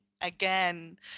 again